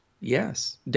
Yes